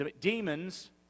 demons